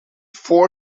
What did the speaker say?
four